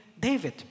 David